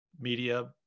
media